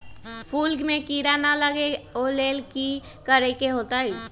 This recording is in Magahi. फूल में किरा ना लगे ओ लेल कि करे के होतई?